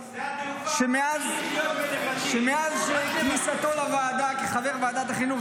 שמאז כניסתו לוועדה כחבר ועדת החינוך,